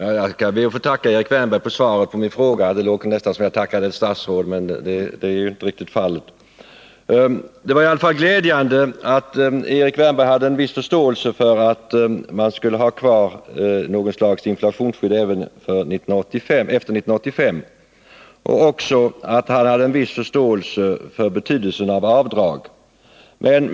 Herr talman! Jag skall be att få tacka Erik Wärnberg för svaret på min fråga. Det låter nästan som om jag tackade ett statsråd, men så är ju inte riktigt fallet. Det vari alla fall glädjande att Erik Wärnberg hade en viss förståelse för att man skulle ha kvar något slags inflationsskydd även efter 1985 och att han också hade en viss förståelse för betydelsen av avdrag.